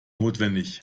notwendig